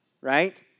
right